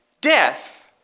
Death